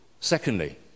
Secondly